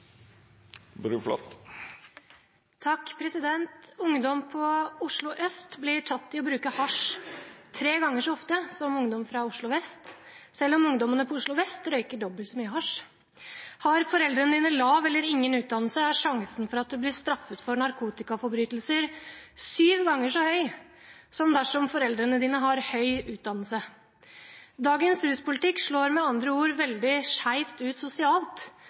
Ungdom på Oslo Øst blir tatt i å bruke hasj tre ganger så ofte som ungdom fra Oslo Vest, selv om ungdommene på Oslo Vest røyker dobbelt så mye hasj. Har foreldrene lav eller ingen utdannelse, er sjansen for å bli straffet for narkotikaforbrytelser syv ganger så høy som dersom foreldrene har høy utdannelse. Dagens ruspolitikk slår med andre ord veldig skjevt ut sosialt,